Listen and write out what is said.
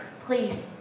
Please